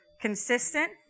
Consistent